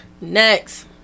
Next